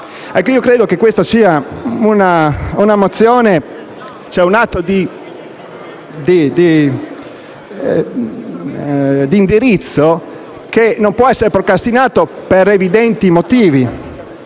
io credo che questo sia un atto di indirizzo che non può essere procrastinato per evidenti motivi: